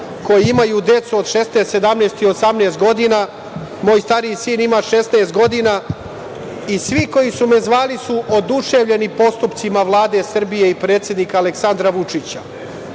koji imaju decu od 16, 17 i 18 godina, moj stariji sin ima 16 godina, i svi koji su me zvali su oduševljeni postupcima Vlade Srbije i predsednika Aleksandra Vučića.